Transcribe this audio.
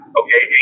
okay